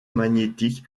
magnétique